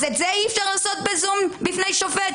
אז את זה אי אפשר לעשות ב-זום בפני שופט?